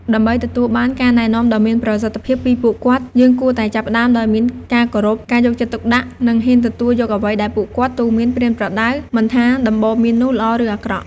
ដើម្បីទទួលបានការណែនាំដ៏មានប្រសិទ្ធភាពពីពួកគាត់ យើងគួរតែចាប់ផ្ដើមដោយមានការគោរព ការយកចិត្តទុកដាក់និងហ៊ានទទួលយកអ្វីដែលពួកគាត់ទូន្មានប្រៀនប្រដៅ មិនថាដំបូន្មាននោះល្អឬអាក្រក់។